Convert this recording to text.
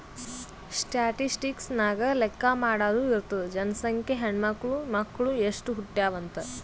statistics ನಾಗ್ ಲೆಕ್ಕಾ ಮಾಡಾದು ಇರ್ತುದ್ ಜನಸಂಖ್ಯೆ, ಹೆಣ್ಮಕ್ಳು, ಮಕ್ಕುಳ್ ಎಸ್ಟ್ ಹುಟ್ಯಾವ್ ಅಂತ್